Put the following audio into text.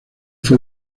fue